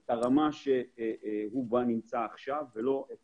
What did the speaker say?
את הרמה שהוא נמצא בה עכשיו ולא את